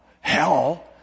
Hell